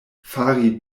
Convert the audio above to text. fari